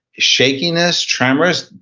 shakiness, tremors.